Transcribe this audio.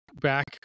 back